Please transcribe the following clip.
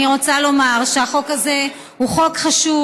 אני רוצה לומר שהחוק הזה הוא חוק חשוב.